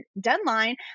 deadline